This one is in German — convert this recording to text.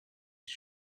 ist